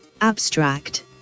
Abstract